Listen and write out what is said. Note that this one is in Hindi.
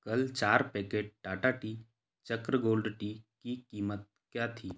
कल चार packet Tata tea Chakra gold tea की कीमत क्या थी